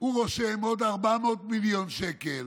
הוא רושם עוד 400 מיליון שקל